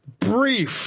brief